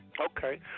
Okay